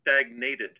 stagnated